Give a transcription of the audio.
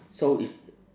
so it's